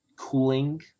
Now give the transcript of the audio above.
cooling